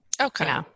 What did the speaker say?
Okay